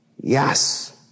Yes